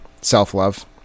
self-love